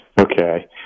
Okay